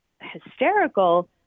hysterical